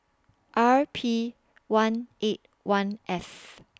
R P one eight one F